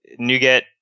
NuGet